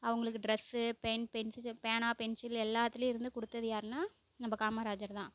அவங்களுக்கு dress pen pencil பேனா pencil எல்லாத்துலேயும் இருந்து கொடுத்தது யாருன்னால் நம்ம காமராஜர் தான்